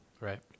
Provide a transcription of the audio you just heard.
Right